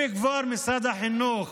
אם כבר משרד החינוך